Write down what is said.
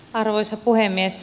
arvoisa puhemies